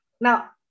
now